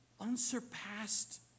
Unsurpassed